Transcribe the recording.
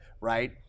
right